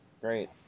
Great